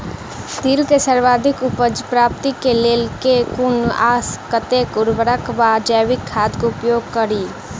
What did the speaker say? तिल केँ सर्वाधिक उपज प्राप्ति केँ लेल केँ कुन आ कतेक उर्वरक वा जैविक खाद केँ उपयोग करि?